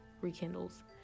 rekindles